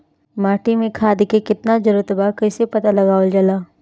माटी मे खाद के कितना जरूरत बा कइसे पता लगावल जाला?